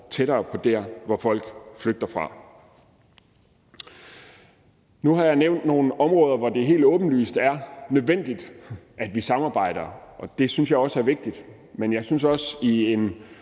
tættere på der, hvor folk flygter fra. Nu har jeg nævnt nogle områder, hvor det helt åbenlyst er nødvendigt, at vi samarbejder, og det synes jeg også er vigtigt, men jeg synes også, at